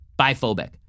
Biphobic